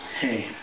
hey